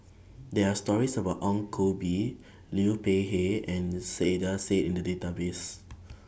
There Are stories about Ong Koh Bee Liu Peihe and Saiedah Said in The Database